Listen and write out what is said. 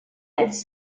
als